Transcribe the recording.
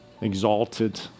exalted